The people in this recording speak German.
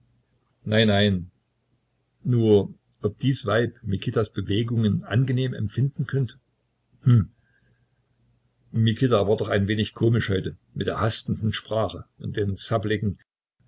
nein nein nur ob dies weib mikitas bewegungen angenehm empfinden könnte hm mikita war doch ein wenig komisch heute mit der hastenden sprache und den